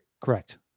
Correct